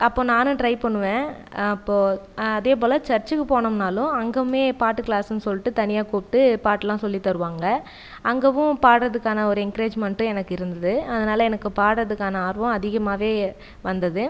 அப்போ நானும் ட்ரை பண்ணுவேன் அப்போ அதே போல சர்ச்க்கு போனோம்னாலும் அங்கயுமே பாட்டு கிளாஸ்னு சொல்லிட்டு தனியாக கூப்பிட்டு பாட்டுலாம் சொல்லி தருவாங்கள் அங்கேவும் பாடுகிறதுக்கான ஒரு என்கரேஜ்மெண்ட் எனக்கு இருந்தது அதனால் எனக்கு பாடுகிறதுக்கான்னா ஆர்வம் அதிகமாகவே வந்தது